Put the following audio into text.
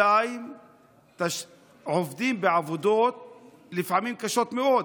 2. הם עובדים בעבודות שלפעמים הן קשות מאוד,